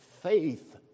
Faith